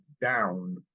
down